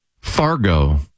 Fargo